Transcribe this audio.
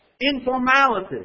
informality